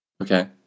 Okay